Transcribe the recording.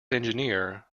engineer